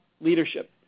leadership